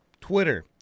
Twitter